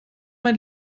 mein